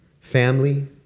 family